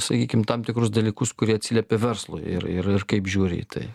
sakykim tam tikrus dalykus kurie atsiliepia verslui ir ir ir kaip žiūri į tai